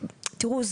תראו,